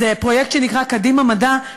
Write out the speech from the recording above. זה פרויקט שנקרא "קדימה מדע",